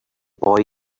boy